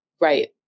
right